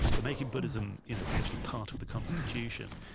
but making buddhism you know actually part of the constitution,